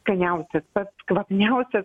skaniausias pats kvapniausias